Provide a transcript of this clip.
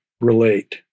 relate